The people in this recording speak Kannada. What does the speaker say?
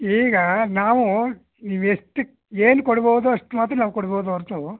ಈಗ ನಾವು ನೀವು ಎಷ್ಟು ಏನು ಕೊಡ್ಬೋದು ಅಷ್ಟು ಮಾತ್ರ ಕೊಡ್ಬೋದು ಹೊರತು